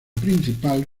principal